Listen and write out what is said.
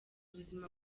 ubuzima